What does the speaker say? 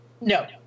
No